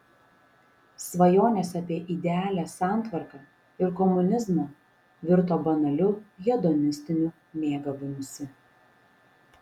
svajonės apie idealią santvarką ir komunizmą virto banaliu hedonistiniu mėgavimusi